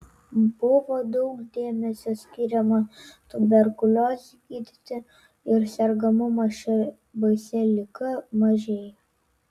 buvo daug dėmesio skiriama tuberkuliozei gydyti ir sergamumas šia baisia liga mažėjo